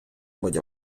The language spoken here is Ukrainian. будь